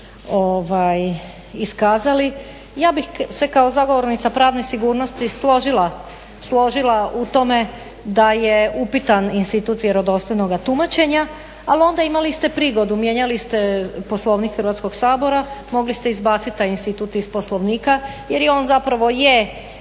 iskazali. Ja bih se kao zagovornica pravne sigurnosti složila u tome da je upitan institut vjerodostojnog tumačenja, ali onda imali ste prigodu, mijenjali ste Poslovnik Hrvatskog sabora, mogli ste izbacit taj institut iz Poslovnika jer on zapravo je